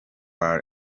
are